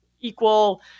equal